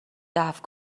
دفع